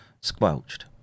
squelched